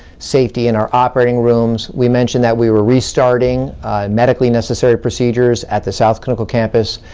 safety in our operating rooms. we mentioned that we were restarting medically necessary procedures at the south clinical campus.